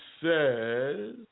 says